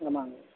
ஆமாங்க